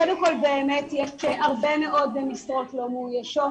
אכן יש הרבה מאוד משרות לא מאוישות.